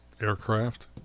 aircraft